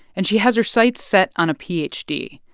and she has her sights set on a ph d.